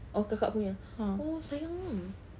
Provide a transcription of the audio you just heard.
oh kakak punya oh sayangnya